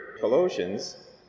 Colossians